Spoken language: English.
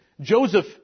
Joseph